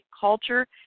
culture